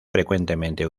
frecuentemente